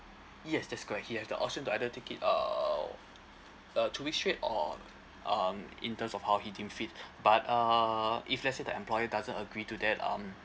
yes that's correct he has the option to either take it uh a two weeks straight or um in terms of how he deem fit but uh if let's say the employer doesn't agree to that um